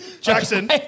Jackson